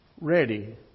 ready